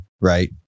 Right